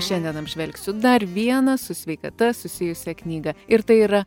šiandien apžvelgsiu dar vieną su sveikata susijusią knygą ir tai yra